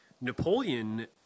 Napoleon